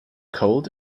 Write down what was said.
cold